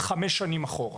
5 שנים אחורה.